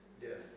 Yes